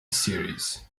series